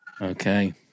Okay